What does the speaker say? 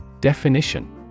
Definition